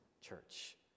church